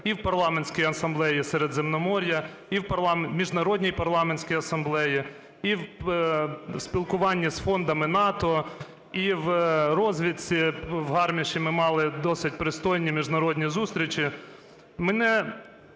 і в Парламентській асамблеї Середземномор'я, і в Міжнародній парламентській асамблеї, і в спілкуванні з фондами НАТО, і в розвідці в Гарміші ми мали досить пристойні міжнародні зустрічі. Мене